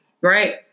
Right